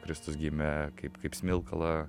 kristus gimė kaip kaip smilkalą